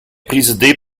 présidé